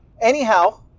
Anyhow